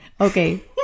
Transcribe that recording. okay